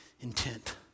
intent